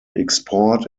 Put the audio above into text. export